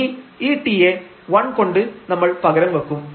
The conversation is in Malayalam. ഇനി ഈ t യെ 1 കൊണ്ട് നമ്മൾ പകരം വെക്കും